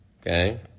okay